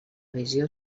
visió